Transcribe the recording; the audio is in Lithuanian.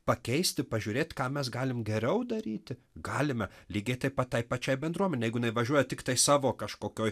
pakeisti pažiūrėt ką mes galim geriau daryti galime lygiai taip pat tai pačiai bendruomenei jeigu jinai važiuoja tiktai savo kažkokioj